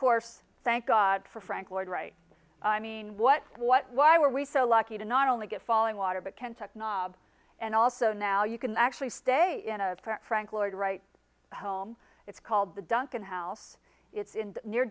course thank god for frank lloyd wright i mean what what why were we so lucky to not only get fallingwater but can talk knob and also now you can actually stay in a frank lloyd wright home it's called the duncan house it's in near